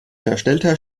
verstellter